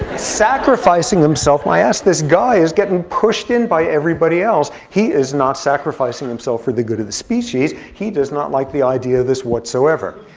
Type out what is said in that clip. sacrificing himself, my ass. this guy is getting pushed in by everybody else. he is not sacrificing himself for the good of the species. he does not like the idea of this whatsoever.